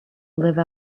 live